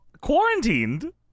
quarantined